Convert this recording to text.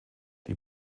die